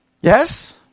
Yes